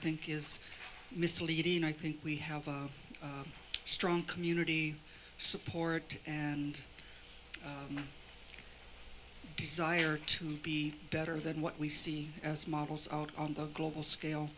think is misleading and i think we have a strong community support and a desire to be better than what we see as models out on the global scale